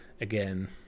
again